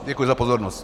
Děkuji za pozornost.